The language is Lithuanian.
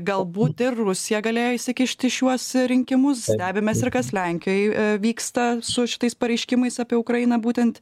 galbūt ir rusija galėjo įsikišti į šiuos rinkimus stebim mes ir kas lenkijoj vyksta su šitais pareiškimais apie ukrainą būtent